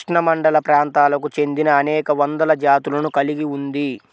ఉష్ణమండలప్రాంతాలకు చెందినఅనేక వందల జాతులను కలిగి ఉంది